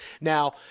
Now